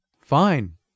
Fine